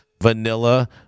Vanilla